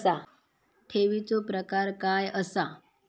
ठेवीचो प्रकार काय असा?